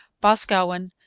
boscawen.